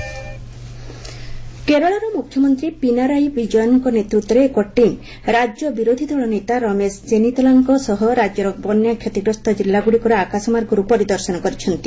Kerala rain Kerala ମୁଖ୍ୟମନ୍ତ୍ରୀ ପିନାରାଇ ବିଜୟନ୍ଙ୍କ ନେତୃତ୍ୱରେ ଏକ ଟିମ୍ ରାଜ୍ୟ ବିରୋଧୀ ଦଳ ନେତା ରମେଶ ଚେନିତଲାଙ୍କ ସହ ରାଜ୍ୟର ବନ୍ୟା କ୍ଷତିଗ୍ରସ୍ତ ଜିଲ୍ଲାଗୁଡ଼ିକର ଆକାଶମାର୍ଗରୁ ପରିଦର୍ଶନ କରିଛନ୍ତି